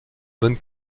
bonne